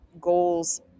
goals